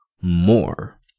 more